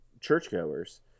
churchgoers